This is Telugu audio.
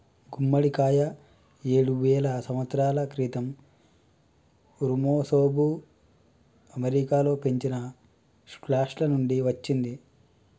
గుమ్మడికాయ ఏడువేల సంవత్సరాల క్రితం ఋమెసోఋ అమెరికాలో పెంచిన స్క్వాష్ల నుండి వచ్చింది